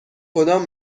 کدام